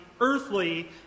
earthly